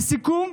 לסיכום,